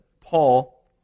Paul